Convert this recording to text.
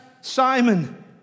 Simon